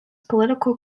political